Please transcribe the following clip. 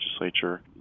legislature